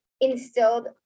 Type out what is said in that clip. instilled